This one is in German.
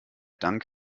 dank